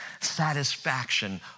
satisfaction